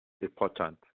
important